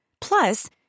Plus